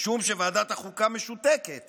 משום שוועדת החוקה משותקת